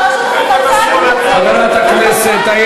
שהרשות השופטת תשפוט